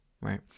right